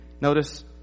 Notice